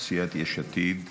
סיעת יש עתיד.